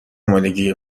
آمادگی